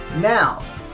now